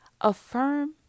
Affirm